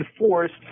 enforced